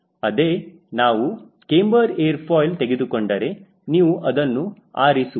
ಅದೇ ನೀವು camber airfoil ತೆಗೆದುಕೊಂಡರೆ ನೀವು ಅದನ್ನು ಆರಿಸುವುದು